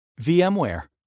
VMware